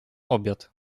obiad